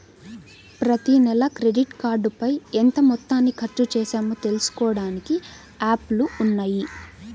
ప్రతినెలా క్రెడిట్ కార్డుపైన ఎంత మొత్తాన్ని ఖర్చుచేశామో తెలుసుకోడానికి యాప్లు ఉన్నయ్యి